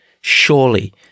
Surely